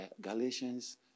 Galatians